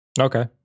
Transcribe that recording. Okay